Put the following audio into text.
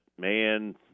man